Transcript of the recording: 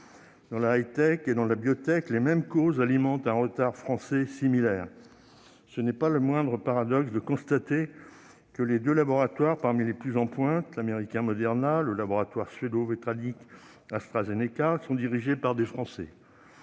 Dans la high-tech et dans la biotech, les mêmes causes alimentent un retard français similaire. Ce n'est pas le moindre paradoxe de constater que les deux laboratoires parmi les plus en pointe, l'américain Moderna et le laboratoire suédo-britannique AstraZeneca, sont dirigés par des Français.